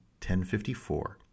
1054